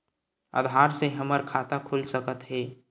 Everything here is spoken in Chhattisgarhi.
आधार से हमर खाता खुल सकत हे?